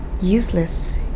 useless